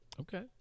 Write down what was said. Okay